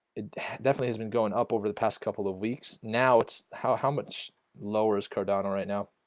it definitely has been going up over the past couple of weeks now. it's how how much lower is cardano right now